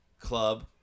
Club